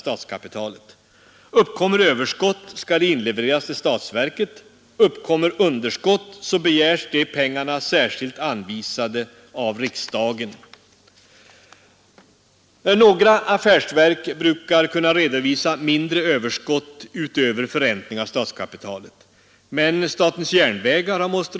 Löneskatten, som ni alltid envisas att tala om fastän det heter arbetsgivaravgift, är sannerligen inte gömd, för nog ser ni till att människorna blir påminda om att det tas ut en arbetsgivaravgift!